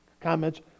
comments